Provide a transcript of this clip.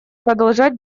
продолжать